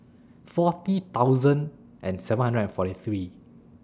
forty thousand and seven hundred and forty three